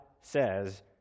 says